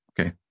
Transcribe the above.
Okay